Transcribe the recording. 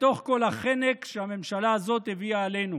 בתוך כל החנק שהממשלה הזאת הביאה עלינו.